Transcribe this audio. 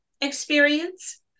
experience